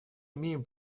имеем